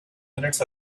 minutes